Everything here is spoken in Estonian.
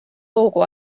hoogu